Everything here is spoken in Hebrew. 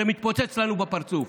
זה מתפוצץ לנו בפרצוף,